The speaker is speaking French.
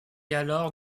alors